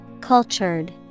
Cultured